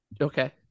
Okay